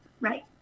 right